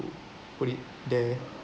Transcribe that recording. to put it there